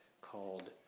called